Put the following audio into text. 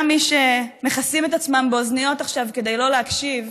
גם מי שמכסים את עצמם באוזניות עכשיו כדי לא להקשיב,